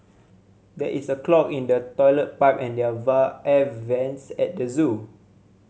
there is a clog in the toilet pipe and their air vents at the zoo